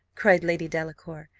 cried lady delacour,